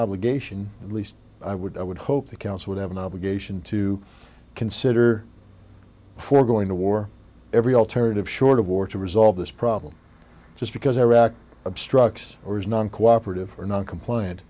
obligation at least i would i would hope the council would have an obligation to consider before going to war every alternative short of war to resolve this problem just because iraq obstructs or is non cooperative or non compliant